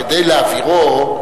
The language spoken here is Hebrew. כדי להעבירו,